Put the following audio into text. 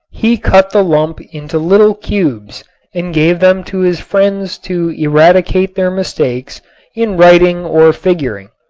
he cut the lump into little cubes and gave them to his friends to eradicate their mistakes in writing or figuring.